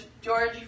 George